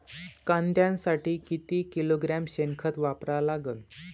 कांद्यासाठी किती किलोग्रॅम शेनखत वापरा लागन?